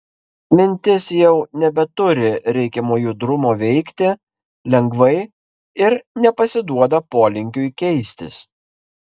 mintis jau nebeturi reikiamo judrumo veikti lengvai ir nepasiduoda polinkiui keistis